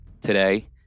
today